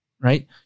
right